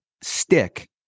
stick